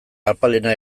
apalena